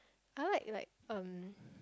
I like like um